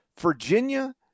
Virginia